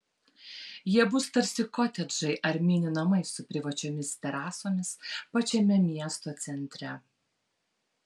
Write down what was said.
jie bus tarsi kotedžai ar mini namai su privačiomis terasomis pačiame miesto centre